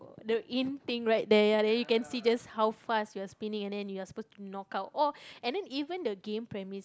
the in thing right there ya then you can see just how fast you're spinning and then you're supposed to knock out or and then even the game premise